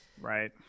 right